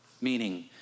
Meaning